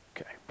Okay